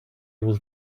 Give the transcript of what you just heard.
able